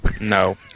No